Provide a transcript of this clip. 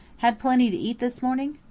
had plenty to eat this morning?